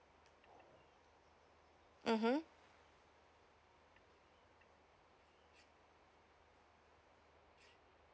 mmhmm